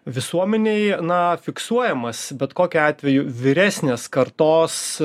visuomenėj na fiksuojamas bet kokiu atveju vyresnės kartos